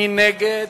מי נגד?